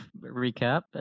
recap